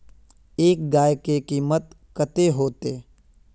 एक गाय के कीमत कते होते?